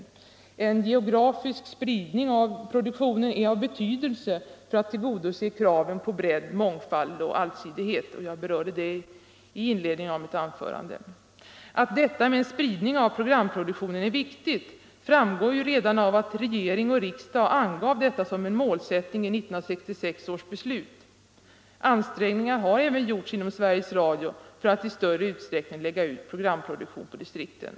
En geografisk spridning av produktionen är av betydelse för att tillgodose kraven på bredd, mångfald och allsidighet. Jag berörde det i inledningen av mitt anförande. Att detta med en spridning av programproduktionen är viktigt framgår redan av att regering och riksdag angav detta som en målsättning i 1966 års beslut. Ansträngningar har även gjorts inom Sveriges Radio för att i större utsträckning lägga ut programproduktion på distrikten.